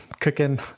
cooking